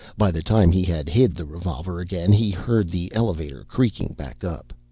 by the time he had hid the revolver again he heard the elevator creaking back up.